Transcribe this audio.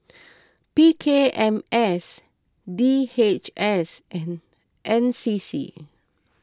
P K M S D H S and N C C